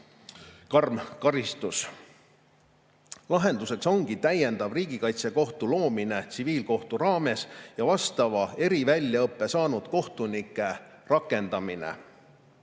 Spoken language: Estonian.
karm karistus. Lahenduseks ongi Riigikaitsekohtu loomine tsiviilkohtu raames ja vastava eriväljaõppe saanud kohtunike rakendamine,